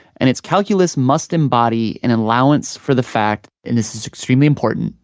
and it's calculus must embody an allowance for the fact, and this is extremely important,